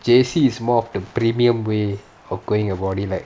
J_C is more of the premium of going about it like